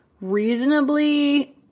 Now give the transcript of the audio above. reasonably